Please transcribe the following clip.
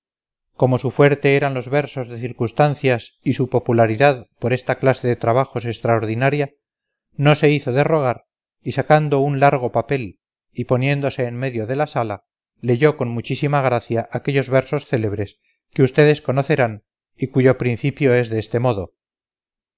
como su fuerte eran los versos de circunstancias y su popularidad por esta clase de trabajos extraordinaria no se hizo de rogar y sacando un largo papel y poniéndose en medio de la sala leyó con muchísima gracia aquellos versos célebres que ustedes conocerán y cuyo principio es de este modo